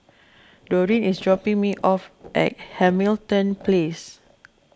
Doreen is dropping me off at Hamilton Place